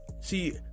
see